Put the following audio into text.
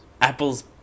apple's